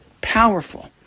powerful